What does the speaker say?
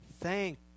thank